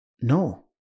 No